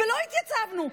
ולא התייצבנו.